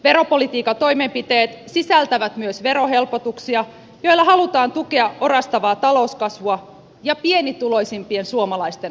veropolitiikan toimenpiteet sisältävät myös verohelpotuksia joilla halutaan tukea orastavaa talouskasvua ja pienituloisimpien suomalaisten ostovoimaa